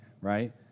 right